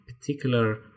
particular